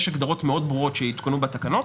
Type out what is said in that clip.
יש הגדרות ברורות מאוד שיותקנו בתקנות